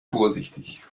vorsichtig